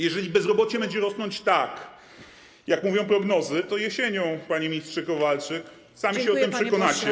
Jeżeli bezrobocie będzie rosnąć tak, jak mówią prognozy, to jesienią, panie ministrze Kowalczyk, sami się o tym przekonacie.